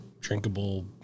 drinkable